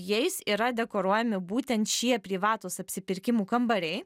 jais yra dekoruojami būtent šie privatūs apsipirkimų kambariai